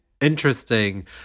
interesting